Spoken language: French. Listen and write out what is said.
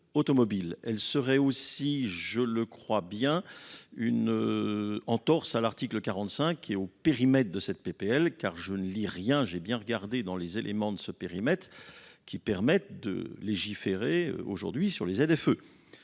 elle serait aussi je le crois bien une entorse à l'article quarante cinq qui est au périmètre de cette p p l car je ne lis rien j'ai bien regardé dans les éléments de ce périmètre qui permettent de légiférer aujourd'hui sur les f